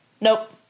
Nope